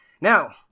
Now